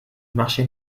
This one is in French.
marché